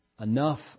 enough